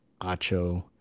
Acho